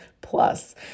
plus